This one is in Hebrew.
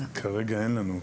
כרגע אין לנו.